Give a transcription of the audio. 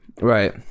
Right